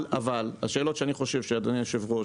אבל השאלות שאני חושב שאדוני היושב ראש